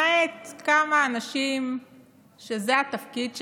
למעט כמה אנשים שזה התפקיד שלהם,